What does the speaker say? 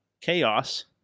Chaos